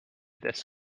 this